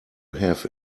have